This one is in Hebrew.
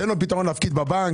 תן לו פתרון להפקיד בבנק.